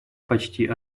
почти